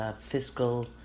fiscal